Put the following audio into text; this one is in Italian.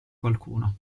qualcuno